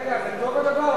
רגע, זה טוב הדבר?